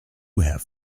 have